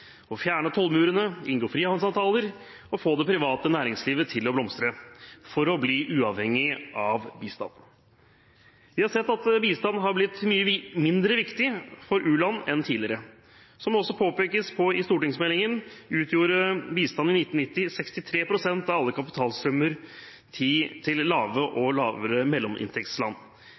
å tiltrekke seg økte investeringer, få fjernet tollmurene, inngå frihandelsavtaler og få det private næringslivet til å blomstre – for å bli uavhengig av bistand. Vi har sett at bistand har blitt mye mindre viktig for u-land enn tidligere. Som det også påpekes i stortingsmeldingen, utgjorde bistanden i 1990 63 pst. av alle kapitalstrømmer til lav- og lavere mellominntektsland.